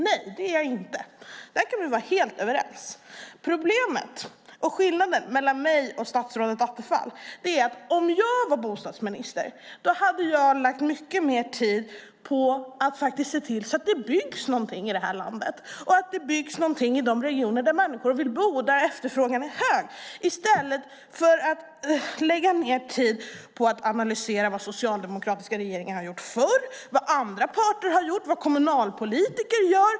Nej, det är jag inte. Där kan vi vara helt överens. Skillnaden mellan mig och statsrådet Attefall är att jag, om jag var bostadsminister, skulle lägga mycket mer tid på att se till att det byggs någonting i det här landet och att det byggs någonting i de regioner där människor vill bo och där efterfrågan är hög. Det skulle jag göra i stället för att lägga ned tid på att analysera vad socialdemokratiska regeringar har gjort förr, vad andra parter har gjort och vad kommunalpolitiker gör.